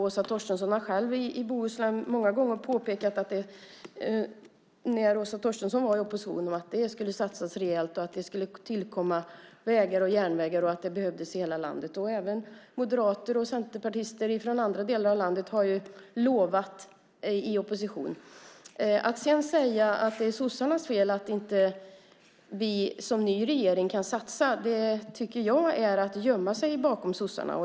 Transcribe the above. Åsa Torstensson var själv i Bohuslän många gånger när Åsa Torstensson var i opposition och påpekade att det skulle satsas rejält. Det skulle tillkomma vägar och järnvägar. Det behövdes i hela landet. Även moderater och centerpartister från andra delar av landet har lovat i opposition. Att sedan säga att det är sossarnas fel att inte ni som ny regering kan satsa tycker jag är att gömma sig bakom sossarna.